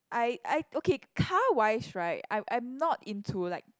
I I okay car wise right I'm I'm not into like